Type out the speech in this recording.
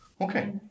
Okay